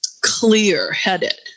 clear-headed